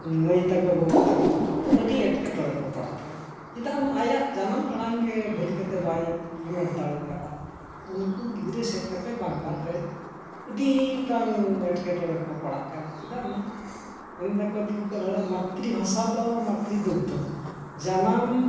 ᱢᱟᱹᱭ ᱛᱟᱠᱚ ᱵᱟᱹᱵᱩ ᱛᱟᱠᱚ ᱟᱹᱰᱤ ᱮᱴᱠᱮᱴᱚᱬᱮ ᱨᱮᱠᱚ ᱯᱟᱲᱟᱜ ᱠᱟᱱᱟ ᱪᱮᱫᱟ ᱚᱱᱟ ᱟᱭᱟᱜ ᱡᱟᱱᱟᱢ ᱟᱲᱟᱝᱜᱮ ᱵᱷᱟᱹᱞᱤ ᱠᱟᱛᱮᱫ ᱵᱟᱭ ᱦᱟᱢᱮᱴ ᱫᱟᱲᱮ ᱟᱠᱟᱫᱟ ᱩᱱᱠᱩ ᱜᱤᱫᱽᱨᱟᱹ ᱥᱮᱱ ᱠᱟᱛᱮ ᱵᱟᱝᱞᱟᱛᱮ ᱟᱹᱰᱤ ᱜᱚᱴᱟᱝ ᱮᱴᱠᱮᱴᱚᱬᱮ ᱨᱮᱠᱚ ᱯᱟᱲᱟᱜ ᱠᱟᱱᱟ ᱪᱮᱫᱟᱜ ᱱᱚ ᱢᱮᱱ ᱮᱫᱟᱠᱚ ᱫᱤᱠᱩ ᱠᱚᱫᱚ ᱢᱟᱛᱨᱤ ᱵᱷᱟᱥᱟᱫᱚ ᱢᱟᱛᱨᱤ ᱫᱩᱜᱽᱫᱷᱚ ᱡᱟᱱᱟᱢ